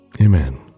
Amen